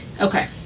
Okay